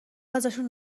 ازشون